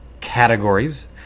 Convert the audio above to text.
categories